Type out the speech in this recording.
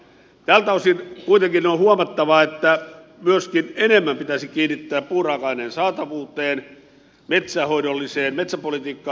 tältä osin kuitenkin on huomattava että enemmän pitäisi kiinnittää huomiota myöskin puuraaka aineen saatavuuteen metsänhoidolliseen metsäpolitiikkaan